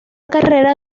carrera